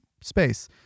Space